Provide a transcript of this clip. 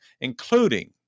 including